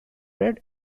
read